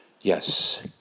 Yes